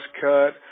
cut